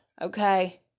okay